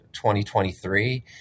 2023